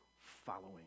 following